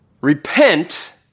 Repent